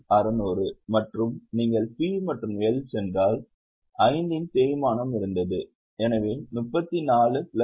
ஆகவே நான் இங்கு செய்ததைப் போன்ற ஒரு கணக்கை நீங்கள் செய்கிறீர்கள் அல்லது நீங்கள் ஒரு வேலை குறிப்பை உருவாக்கலாம் ஆனால் இந்த அளவு 39600 க்கு வந்து சேருங்கள்